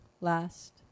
Last